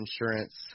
insurance